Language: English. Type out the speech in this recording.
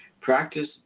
Practice